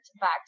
back